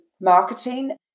marketing